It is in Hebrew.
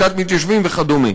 קליטת מתיישבים וכדומה.